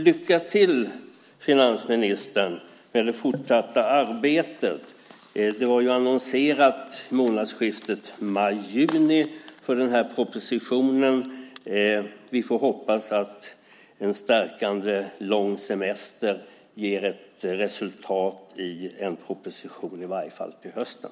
Lycka till, finansministern, med det fortsatta arbetet! Det var annonserat att propositionen skulle komma i månadsskiftet maj/juni. Vi får hoppas att en stärkande lång semester ger ett resultat i en proposition i varje fall till hösten.